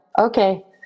Okay